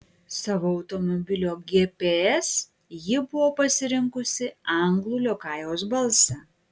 savo automobilio gps ji buvo pasirinkusi anglų liokajaus balsą